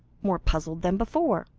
more puzzled than before.